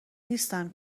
نیستم